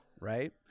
right